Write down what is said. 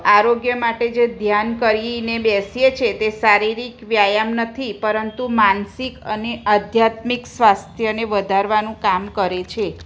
આરોગ્ય માટે જે ધ્યાન કરીને બેસીએ છીએ તે શારીરિક વ્યાયામ નથી પરંતુ માનસિક અને આધ્યાત્મિક સ્વાસ્થ્યને વધારવાનું કામ કરે છે